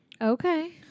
Okay